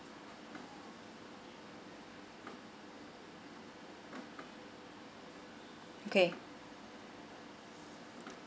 okay